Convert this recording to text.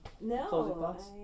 no